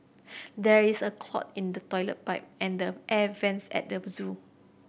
there is a clog in the toilet pipe and the air vents at the zoo